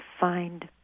find